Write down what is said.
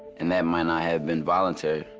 and that might not have been voluntary.